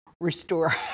restore